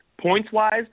Points-wise